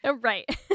Right